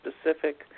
specific